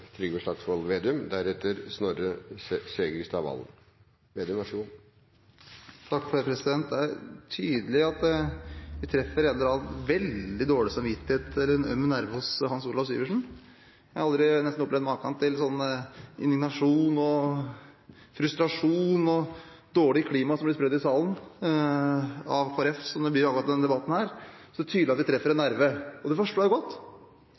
Det er tydelig at vi treffer en eller annen veldig dårlig samvittighet eller en øm nerve hos Hans Olav Syversen. Jeg har nesten aldri opplevd maken til indignasjon, frustrasjon og dårlig klima som blir spredd i salen av Kristelig Folkeparti i denne debatten, så det er tydelig at vi treffer en nerve. Og det forstår jeg godt,